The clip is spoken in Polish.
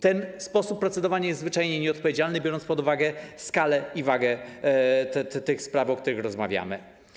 Ten sposób procedowania jest zwyczajnie nieodpowiedzialny, biorąc pod uwagę skalę i wagę spraw, o których rozmawiamy.